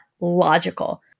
logical